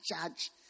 judge